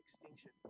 extinction